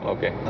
Okay